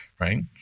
right